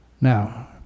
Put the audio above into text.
Now